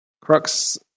Crux